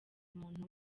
umuntu